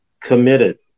committed